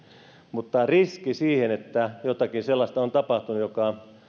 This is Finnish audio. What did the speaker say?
mutta riski siihen että on tapahtunut jotakin sellaista joka